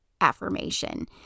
affirmation